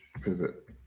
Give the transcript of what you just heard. pivot